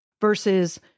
versus